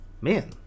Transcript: Man